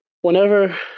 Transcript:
Whenever